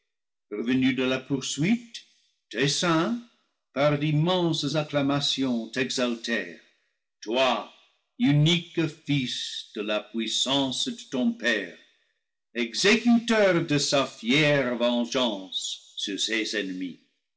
revenu de la poursuite tes saints par d'immenses acclamations t'exaltèrent toi unique fils de la puisssance de ton père exécuteur de sa fière vengeance sur ses ennemis